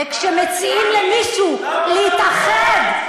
וכשמציעים למישהו להתאחד,